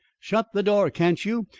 shut the door, can't you,